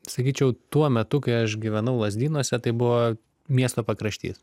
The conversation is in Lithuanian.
sakyčiau tuo metu kai aš gyvenau lazdynuose tai buvo miesto pakraštys